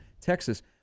Texas